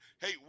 Hey